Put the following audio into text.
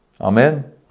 Amen